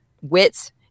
wits